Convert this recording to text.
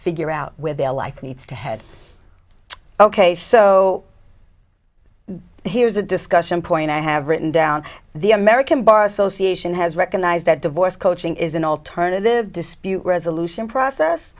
figure out where their life needs to head ok so here's a discussion point i have written down the american bar association has recognized that divorce coaching is an alternative dispute resolution process